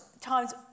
times